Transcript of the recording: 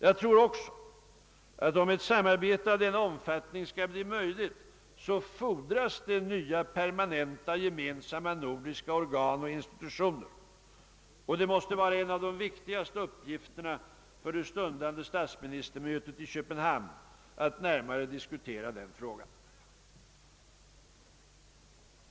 Jag tror, att om ett samarbete av denna omfattning skall bli möjligt, så fordras nya permanenta gemensamma nordiska organ och institutioner, och det måste vara en av de viktigaste uppgifterna för det stundande statsministermötet i Köpenhamn att närmare diskutera denna fråga.